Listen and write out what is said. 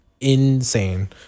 insane